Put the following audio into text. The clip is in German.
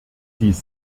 dies